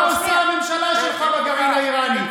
מה עושה הממשלה שלך עם הגרעין האיראני?